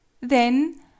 Then